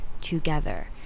together